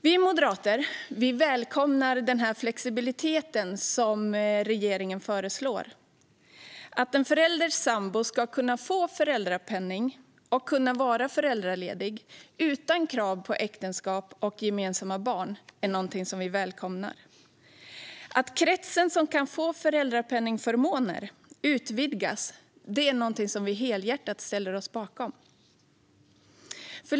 Vi moderater välkomnar den flexibilitet som regeringen föreslår. Att en förälders sambo ska kunna få föräldrapenning och vara föräldraledig utan krav på äktenskap eller gemensamma barn välkomnar vi. Att kretsen som kan få föräldrapenningförmåner utvidgas ställer vi oss helhjärtat bakom.